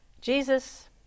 Jesus